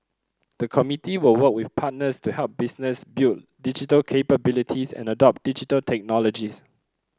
the committee will work with partners to help businesses build digital capabilities and adopt Digital Technologies